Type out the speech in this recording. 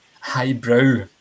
highbrow